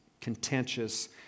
contentious